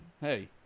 hey